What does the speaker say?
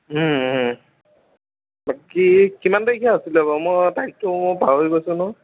বাকী কিমান তাৰিখে আছিলে বাৰু মই তাৰিখটো মই পাহৰি গৈছোঁ নহয়